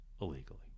illegally